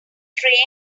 trained